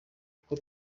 uko